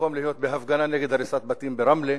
במקום להיות בהפגנה נגד הריסת בתים ברמלה,